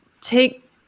take